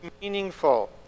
meaningful